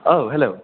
औ हेलौ